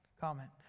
comment